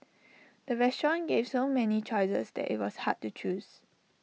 the restaurant gave so many choices that IT was hard to choose